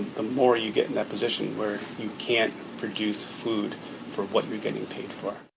the more you get in that position where you can't produce food for what you're getting paid for it.